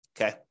Okay